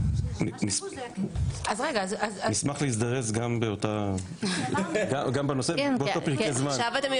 נשמח גם להזדרז, באותם פרקי הזמן.